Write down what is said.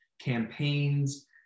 campaigns